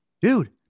dude